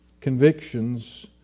convictions